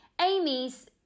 Amy's